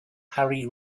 harry